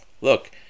look